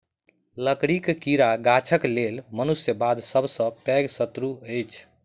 लकड़ीक कीड़ा गाछक लेल मनुष्य बाद सभ सॅ पैघ शत्रु अछि